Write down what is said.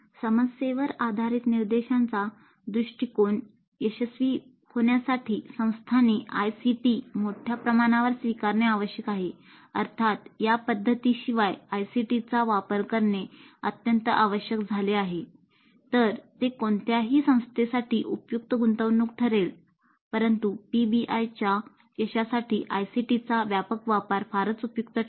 समस्येवर आधारित निर्देशांचा दृष्टीकोन यशस्वी होण्यासाठी संस्थांनी आयसीटी व्यापक वापर फारच उपयुक्त ठरेल